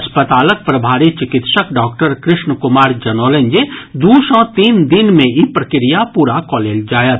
अस्पतालक प्रभारी चिकित्सक डॉक्टर कृष्ण कुमार जनौलनि जे दू सँ तीन दिन मे ई प्रक्रिया पूरा कऽ लेल जायत